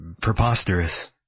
preposterous